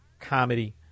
comedy